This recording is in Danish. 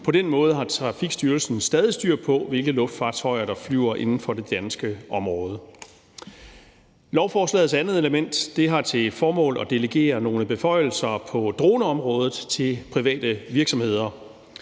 På den måde har Trafikstyrelsen stadig styr på, hvilke luftfartøjer der flyver inden for det danske område. Lovforslagets andet element har til formål at delegere nogle beføjelser på droneområdet til private virksomheder.